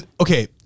okay